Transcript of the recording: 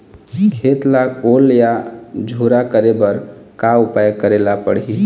खेत ला ओल या झुरा करे बर का उपाय करेला पड़ही?